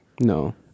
No